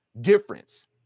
difference